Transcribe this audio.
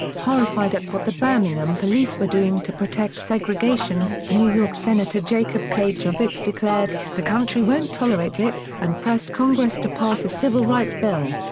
horrified at what the birmingham police were doing to protect segregation, new york senator jacob k. javits declared, the country won't tolerate it, and pressed congress to pass a civil rights bill.